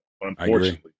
Unfortunately